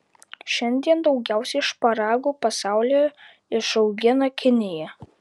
šiandien daugiausiai šparagų pasaulyje išaugina kinija